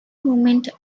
movement